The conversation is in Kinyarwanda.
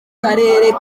karere